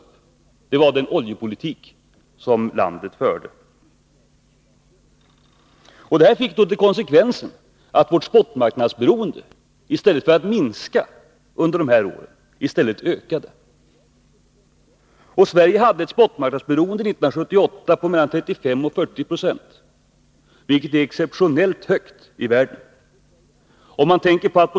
Det var den oljepolitik som landet förde. Det fick till konsekvens att vårt spotmarknadsberoende de här åren ökade istället för att minska. Sverige hade 1978 ett spotmarknadsberoende mellan 35 och 40 96, vilket var exceptionellt högt internationellt sett.